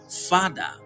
Father